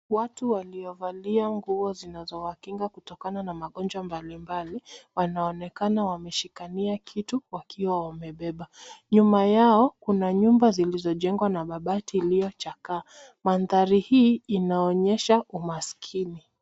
Watu waliovalia nguo zinazowakinga kutokana na magonjwa mbali mbali, wanaonekana wameshikania kitu wakiwa wamebeba. Nyuma yao kuna nyumba zilizojengwa na mabati iliyochakaa. Mandhari hii inaonyesha umaskini.